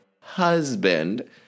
husband